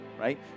right